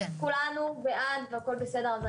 קודם כול אנחנו מבינים כמובן את החשיבות.